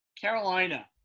Carolina